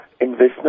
investment